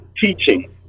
teaching